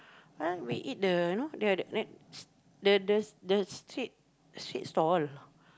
ah we eat the know the the that the the the street street stall